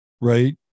Right